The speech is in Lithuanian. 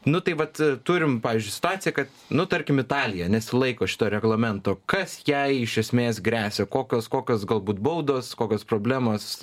nu tai vat turim pavyzdžiui situaciją kad nu tarkime italija nesilaiko šito reglamento kas jai iš esmės gresia kokios kokios galbūt baudos kokios problemos